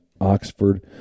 Oxford